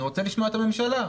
אני רוצה לשמוע את הממשלה.